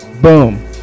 Boom